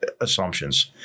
assumptions